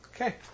Okay